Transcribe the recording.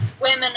Women